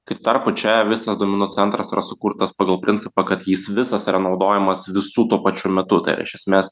kai tuo tarpu čia visas duomenų centras yra sukurtas pagal principą kad jis visas yra naudojamas visų tuo pačiu metu tai yra iš esmės